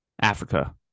africa